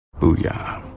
Booyah